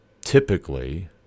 typically